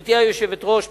גברתי היושבת-ראש,